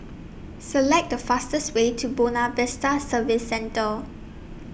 Select The fastest Way to Buona Vista Service Centre